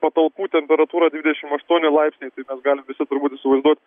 patalpų temperatūra dvidešim aštuoni laipsniai mes galim visi turbūt įsivaizduot